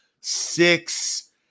six